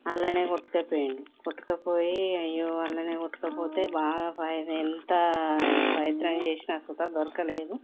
అందులోనే కొట్టుకుపోయాడు కొట్టుకుపోయి అయ్యో అందులోనే కొట్టుకుపోతే బాగా ఎంత ప్రయత్నం చేసినా కూడా దొరకలేదు